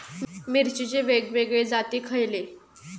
मिरचीचे वेगवेगळे जाती खयले?